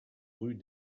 rue